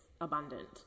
abundant